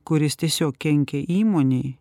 kuris tiesiog kenkia įmonei